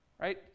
right